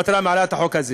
המטרה של החוק הזה